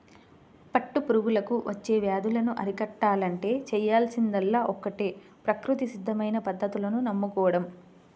పట్టు పురుగులకు వచ్చే వ్యాధులను అరికట్టాలంటే చేయాల్సిందల్లా ఒక్కటే ప్రకృతి సిద్ధమైన పద్ధతులను నమ్ముకోడం